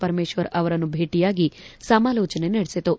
ಪರಮೇಶ್ವರ್ ಅವರನ್ನು ಭೇಟಿಯಾಗಿ ಸಮಾಲೋಚನೆ ನಡೆಸಿತು